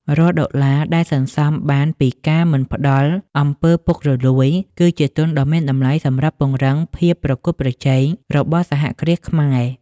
រាល់ដុល្លារដែលសន្សំបានពីការមិនផ្ដល់ អំពើពុករលួយ គឺជាទុនដ៏មានតម្លៃសម្រាប់ពង្រឹងភាពប្រកួតប្រជែងរបស់សហគ្រាសខ្មែរ។